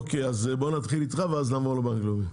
אוקיי, אז בוא נתחיל איתך ואז נעבור לבנק לאומי.